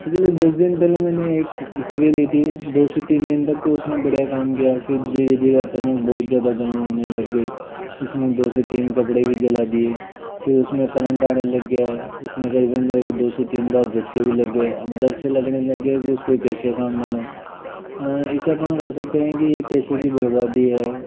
पिछले दस दिन पहले मैंने एक स्त्री ली थी दो से तीन दिन तक तो उसने बढ़िया काम किया फिर धीरे धीरे अचानक बहुत ज्यादा गर्म होने लग गई उसने दो से तीन कपड़े भी जला दिए फिर उसमें करंट आने लग गया है उसमें करीबन मेरे को दो से तीन बार झटके भी लग गए अब डर से लगने लग गए कि उसको कैसे काम में लूँ ऐसा अपन कह सकते हैं कि यह पैसे की बर्बादी है